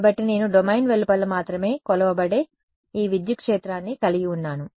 కాబట్టి నేను డొమైన్ వెలుపల మాత్రమే కొలవబడే ఈ విద్యుత్ క్షేత్రాన్ని కలిగి ఉన్నాను